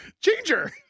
Ginger